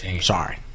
sorry